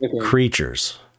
creatures